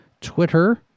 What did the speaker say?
Twitter